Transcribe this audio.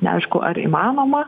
neaišku ar įmanoma